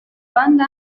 banda